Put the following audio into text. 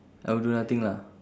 I'll do nothing lah